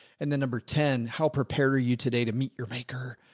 and then number ten, how prepared are you today to meet your maker?